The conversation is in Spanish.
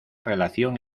relación